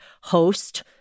host